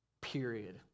period